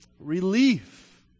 Relief